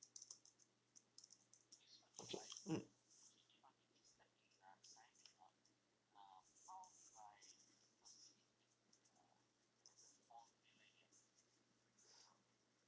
mm